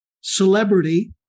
Celebrity